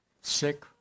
sick